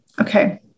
Okay